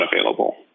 available